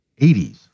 80s